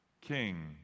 King